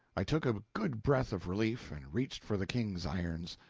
i took a good breath of relief, and reached for the king's irons.